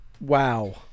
wow